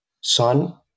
son